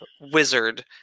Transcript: wizard